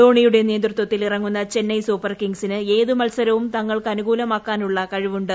ധോണിയുടെ നേതൃത്വത്തിൽ ഇറങ്ങുന്ന ചെന്നൈ സൂപ്പർകിങ്സിന് ഏതുമത്സരവും തങ്ങൾക്കനുകൂലമാക്കാനുള്ള കഴിവുണ്ട്